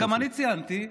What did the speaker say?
גם אני ציינתי,